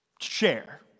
share